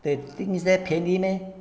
the things there 便宜 meh